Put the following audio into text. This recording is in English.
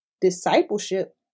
discipleship